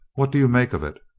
what do you make of it?